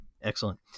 Excellent